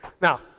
Now